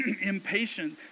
impatient